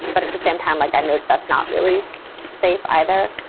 but at the same time, like, i know that's not really so safe either.